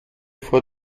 vor